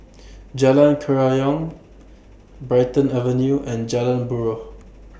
Jalan Kerayong Brighton Avenue and Jalan Buroh